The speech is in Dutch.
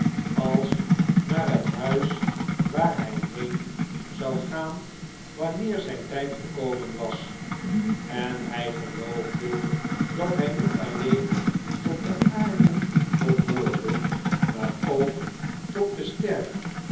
als naar het huis waar hy heen zou gaan wanneer zyn tyd gekomen was en hy geloofde dat hij niet alleen tot de aarde be hoorde mar ook tot de ster